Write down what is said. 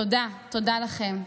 תודה, תודה לכם.